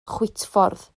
chwitffordd